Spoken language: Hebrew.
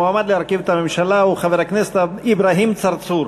המועמד להרכיב את הממשלה הוא חבר הכנסת אברהים צרצור.